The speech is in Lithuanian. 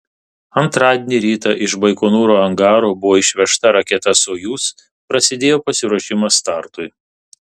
antradienį rytą iš baikonūro angaro buvo išvežta raketa sojuz prasidėjo pasiruošimas startui